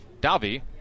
Davi